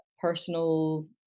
personal